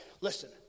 Listen